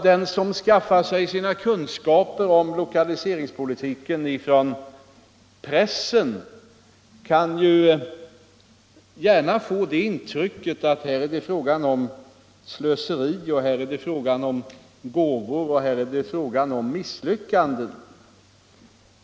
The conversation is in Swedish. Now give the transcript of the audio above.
Den som skaffar sig sina kunskaper om lokaliseringspolitiken från pressen kan lätt få intrycket att det är fråga om slöseri, att det är fråga om gåvor och att det är fråga om misslyckanden.